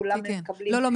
כולם מקבלים את